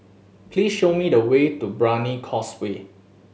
please show me the way to Brani Causeway